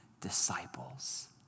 disciples